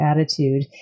attitude